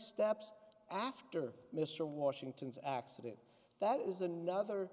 steps after mr washington's accident that is another